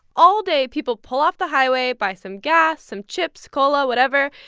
all day, people pull off the highway, buy some gas, some chips, cola, whatever,